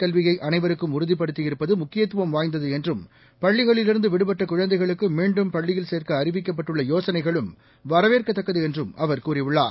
கல்வியைஅளைவருக்கும் உறுதிப்படுத்தியிருப்பதுமுக்கியத்துவம் வாய்ந்ததுஎன்றும் பள்ளிக் பள்ளிகளிலிருந்துவிடுபட்டகுழந்தைகளுக்குமீண்டும் பள்ளியில் சேர்க்க அறிவிக்கப்பட்டுள்ளயோசனைகளும் வரவேற்கத்தக்கதுஎன்றும் அவர் கூறியுள்ளார்